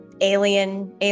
alien